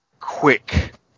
quick